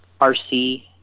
RC